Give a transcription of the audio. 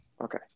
Okay